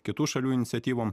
kitų šalių iniciatyvom